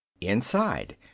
Inside